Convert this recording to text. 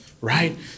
right